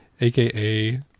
aka